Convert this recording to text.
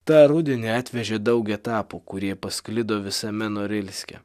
tą rudenį atvežė daug etapų kurie pasklido visame norilske